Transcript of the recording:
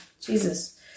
Jesus